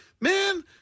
man